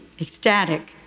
ecstatic